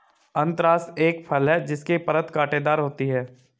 अनन्नास एक फल है जिसकी परत कांटेदार होती है